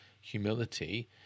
humility